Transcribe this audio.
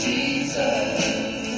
Jesus